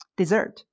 dessert